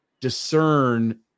discern